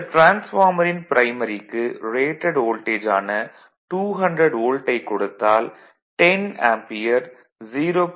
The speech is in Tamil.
இந்த டிரான்ஸ்பார்மரின் ப்ரைமரிக்கு ரேடட் வோல்டேஜ் ஆன 200 வோல்ட் ஐ கொடுத்தால் 10 ஆம்பியர் 0